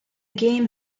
game